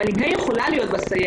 אבל אם ה' יכולה להיות בסיירת,